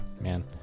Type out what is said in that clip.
Man